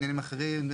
בעניינים אחרים,